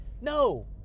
No